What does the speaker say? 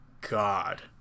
god